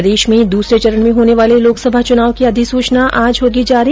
प्रदेश में दूसरे चरण में होने वाले लोकसभा चुनाव की अधिसूचना आज होगी जारी